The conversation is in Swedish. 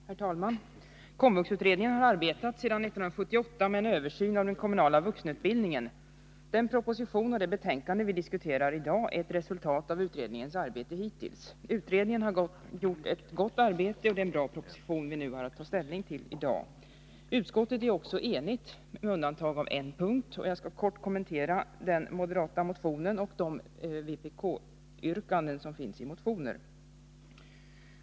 Herr talman! KOMVUX-utredningen har arbetat sedan 1978 med en översyn av den kommunala vuxenutbildningen. Den proposition och det betänkande vi diskuterar i dag är ett resultat av utredningens arbete hittills. Utredningen har gjort ett gott arbete, och det är en bra proposition vi nu har att ta ställning till. Utskottet är också enigt, med undantag för en punkt, och jag skall kort kommentera den moderata reservationen och de vpk-yrkanden som framförts i motioner.